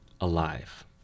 alive